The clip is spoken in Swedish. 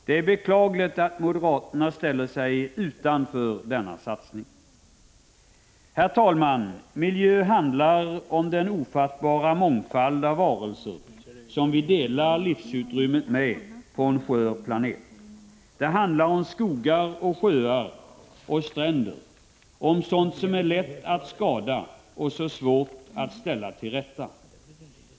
Det är beklagligt att moderaterna ställer sig utanför denna satsning. Herr talman! Miljö handlar om den ofattbara mångfald av varelser som vi delar livsutrymmet med på en skön planet. Det handlar om skogar, sjöar och stränder, om sådant som är lätt att skada och så svårt att ställa till rätta.